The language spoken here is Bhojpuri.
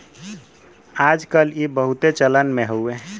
आज कल ई बहुते चलन मे हउवे